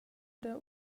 dad